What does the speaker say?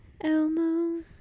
Elmo